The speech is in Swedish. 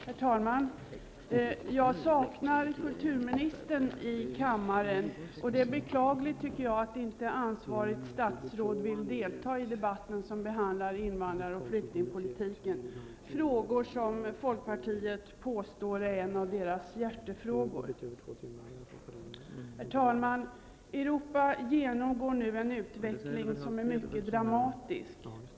Herr talman! Jag saknar kulturministern i kammaren. Det är beklagligt att inte det ansvariga statsrådet vill delta i debatten som behandlar invandrar och flyktingpolitiken, frågor som folkpartiet påstår är en av deras hjärtefrågor. Europa genomgår nu en utveckling som är mycket dramatisk.